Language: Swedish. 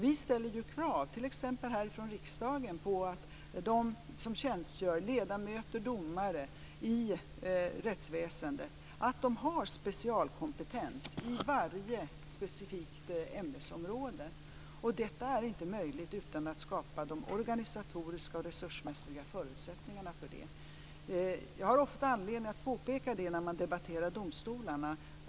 Vi ställer ju krav, t.ex. härifrån riksdagen, på att de som tjänstgör, ledamöter och domare i rättsväsendet, har specialkompetens i varje specifikt ämnesområde. Det är inte möjligt utan att skapa de organisatoriska och resursmässiga förutsättningarna för det. Jag har ofta anledning att påpeka detta när man debatterar domstolarna.